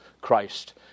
Christ